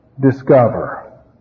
discover